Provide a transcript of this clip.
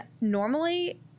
normally